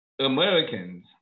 Americans